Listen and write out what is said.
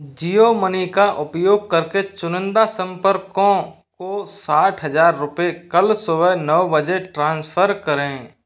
जियो money का उपयोग करके चुनिंदा संपर्कों को साठ हजार रुपये कल सुबह नौ बजे ट्रांसफ़र करें